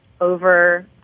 over